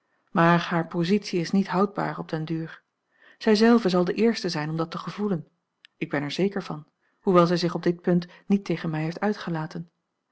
maar hare positie is niet houdbaar op den duur zij zelve zal de eerste zijn om dat te gevoelen ik ben er zeker van hoewel zij zich op dit punt niet tegen mij heeft uitgelaten